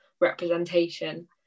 representation